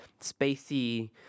spacey